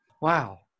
Wow